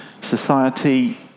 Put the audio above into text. society